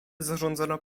zarządzono